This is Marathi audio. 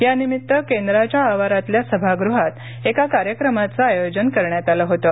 यानिमित्त केंद्राच्या आवारातल्या सभागृहात एका कार्यक्रमाचं आयोजन करण्यात आलं होतं